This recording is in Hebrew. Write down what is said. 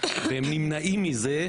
והם נמנעים מזה,